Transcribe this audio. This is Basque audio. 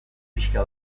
pixka